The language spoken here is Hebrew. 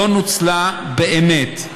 לא נוצלה באמת.